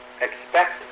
expect